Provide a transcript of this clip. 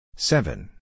Seven